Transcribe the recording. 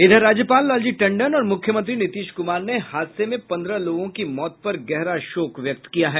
इधर राज्यपाल लालजी टंडन और मुख्यमंत्री नीतीश कुमार ने हादसे में पन्द्रह लोगों की मौत पर गहरा शोक व्यक्त किया है